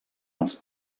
els